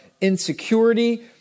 insecurity